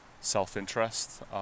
self-interest